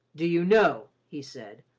do you know, he said,